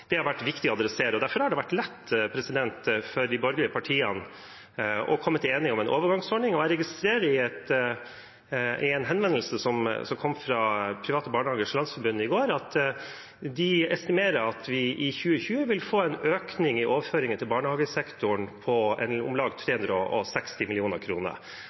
det har vært viktig å adressere. Derfor har det vært lett for de borgerlige partiene å komme til enighet om en overgangsordning. Jeg registrerer i en henvendelse som kom fra Private Barnehagers Landsforbund i går, at de estimerer at vi i 2020 vil få en økning i overføringer til barnehagesektoren på om lag